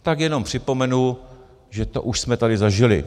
Tak jenom připomenu, že to už jsme tady zažili.